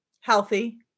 healthy